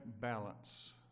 balance